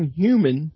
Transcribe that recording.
human